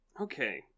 okay